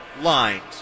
lines